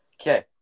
Okay